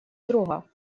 друга